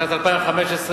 בשנת 2015,